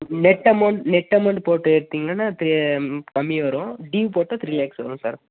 net amount net amount போட்டு எடுத்தீங்கன்னா three கம்மி வரும் டியூ போட்டால் த்ரீ லேக்ஸ் வரும் சார்